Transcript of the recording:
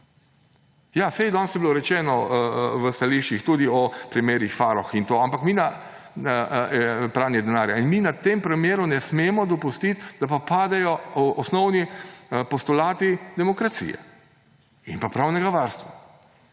Ja, saj danes je bilo rečeno v stališčih tudi o primerih Farrokh in pranje denarja. In mi na tem primeru ne smemo dopustiti, da padejo osnovni postulati demokracije in pravnega varstva